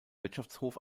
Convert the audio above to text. wirtschaftshof